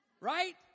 right